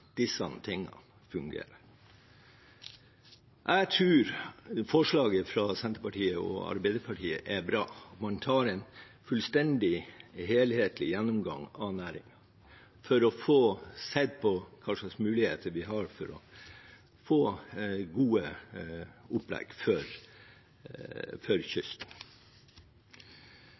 fungerer. Jeg tror forslaget fra Senterpartiet og Arbeiderpartiet er bra, at man tar en fullstendig, helhetlig gjennomgang av næringen for å få sett på hva slags muligheter man har for å få gode opplegg for kysten.